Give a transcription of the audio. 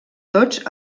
tots